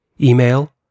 Email